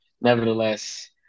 nevertheless